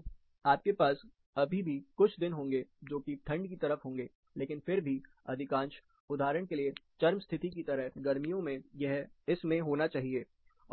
तो आपके पास अभी भी कुछ दिन होंगे जो कि ठंड की तरफ होंगे लेकिन फिर भी अधिकांश उदाहरण के लिए चरम स्थिति की तरह गर्मियों में यह इस में होना चाहिए